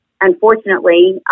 unfortunately